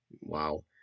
Wow